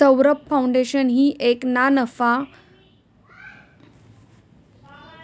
Saurabh foundation ही एक ना नफा संस्था आहे